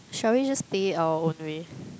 shall we just stay our own way